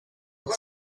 off